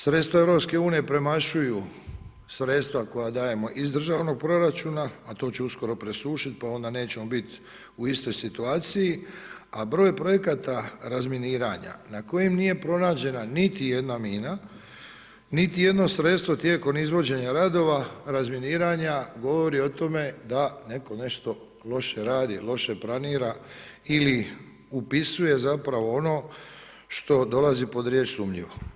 Sredstva EU-a promašuju sredstva koja dajemo iz državnog proračuna, a to će uskoro presušiti pa onda nećemo biti u istoj situaciji a broj projekata razminiranja na kojem nije pronađena niti jedna mina, niti jedno sredstvo tijekom izvođenja radova razminiranja, govori o tome da netko nešto loše radi, loše planira ili upisuje zapravo ono što dolazi pod riječ sumnjivo.